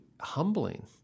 humbling